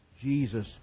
Jesus